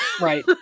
Right